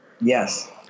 yes